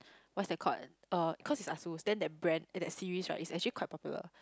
what's that called uh cause it's Asus then that brand eh that series right is actually quite popular